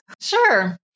Sure